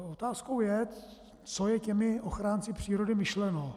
Otázkou je, co je těmi ochránci přírody myšleno.